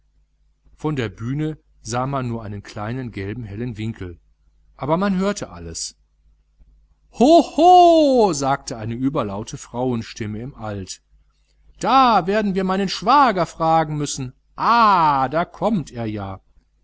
von der bühne sah man nur einen kleinen gelben hellen winkel aber man hörte alles hoho sagte eine überlaute frauenstimme im alt da werden wir meinen schwager fragen müssen ah da kommt er ja